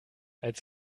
als